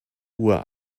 uhr